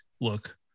look